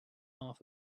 laugh